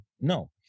no